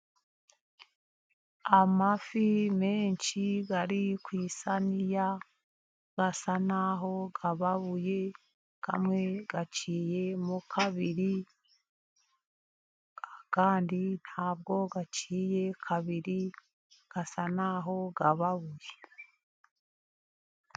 Amafi menshi ari ku isaniya asa naho ababuye, amwe aciyemo kabiri, ayandi nta bwo aciyemo kabiri, asa naho ababuye.